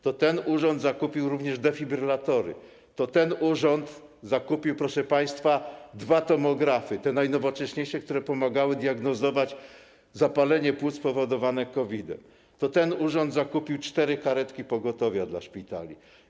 To ten urząd zakupił również defibrylatory, to ten urząd zakupił, proszę państwa, dwa tomografy, te najnowocześniejsze, które pomagały diagnozować zapalenie płuc powodowane COVID-em, to ten urząd zakupił cztery karetki pogotowia dla szpitali.